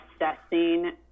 assessing